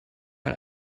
man